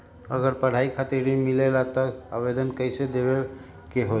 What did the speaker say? अगर पढ़ाई खातीर ऋण मिले ला त आवेदन कईसे देवे के होला?